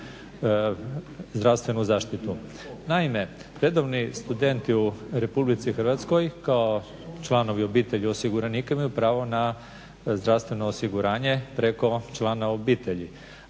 zdravstvenu zaštitu. Naime, redovni studenti u RH kao članovi obitelji osiguranika imaju pravo na zdravstveno osiguranje preko člana obitelji